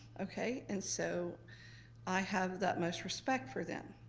okay? and so i have the utmost respect for them.